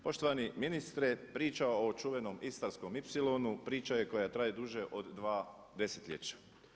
Poštovani ministre, priča o čuvenom Istarskom ipsilonu priča je koja traje duže od 2 desetljeća.